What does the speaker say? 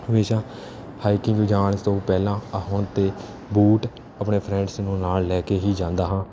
ਹਮੇਸ਼ਾ ਹਾਈਕਿੰਗ ਜਾਣ ਤੋਂ ਪਹਿਲਾਂ ਆਹ ਹੁਣ ਤਾਂ ਬੂਟ ਆਪਣੇ ਫਰੈਂਡਸ ਨੂੰ ਨਾਲ ਲੈ ਕੇ ਹੀ ਜਾਂਦਾ ਹਾਂ